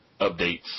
updates